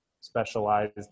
specialized